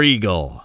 Eagle